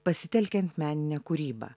pasitelkiant meninę kūrybą